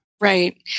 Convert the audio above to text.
Right